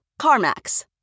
CarMax